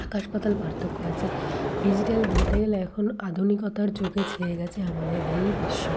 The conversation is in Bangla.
আকাশ পাতাল পার্থক্য আছে ডিজিটাল বলতে গেলে এখন আধুনিকতার যুগে ছেয়ে গেছে আমাদের এই বিশ্ব